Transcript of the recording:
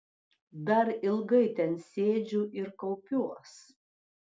dar ilgai ten sėdžiu ir kaupiuos